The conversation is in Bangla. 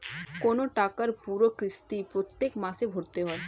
কোন টাকার পুরো কিস্তি প্রত্যেক মাসে ভরতে হয়